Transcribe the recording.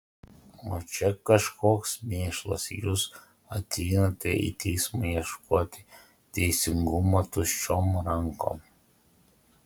o čia kažkoks mėšlas jūs ateinate į teismą ieškoti teisingumo tuščiom rankom